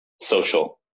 social